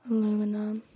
Aluminum